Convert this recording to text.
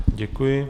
Děkuji.